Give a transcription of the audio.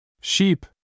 Sheep